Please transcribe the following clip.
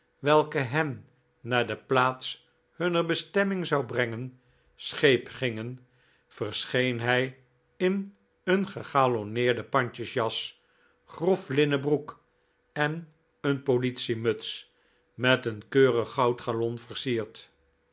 welke hen naar de plaats hunner bestemming zou brengen scheep gingen verscheen hij in een gegalonneerde pandjesjas grof linnen broek en een politiemuts met een keurig goudgalon versierd